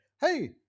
hey